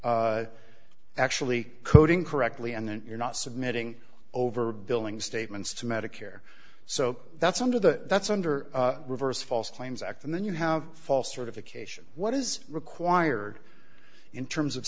fact actually coding correctly and then you're not submitting over billing statements to medicare so that's under the that's under reverse false claims act and then you have false certification what is required in terms of